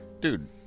Dude